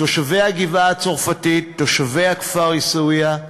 תושבי הגבעה-הצרפתית, תושבי הכפר עיסאוויה,